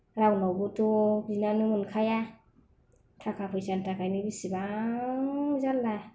रावनावबोथ' बिनानै मोनखाया थाखा फैसानि थाखायनो बेसेबां जारला